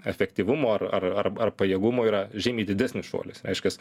efektyvumo ar ar ar pajėgumo yra žymiai didesnis šuolis reiškias